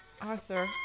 Arthur